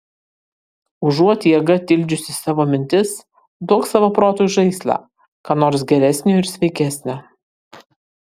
užuot jėga tildžiusi savo mintis duok savo protui žaislą ką nors geresnio ir sveikesnio